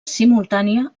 simultània